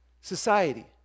society